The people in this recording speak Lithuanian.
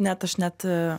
net aš net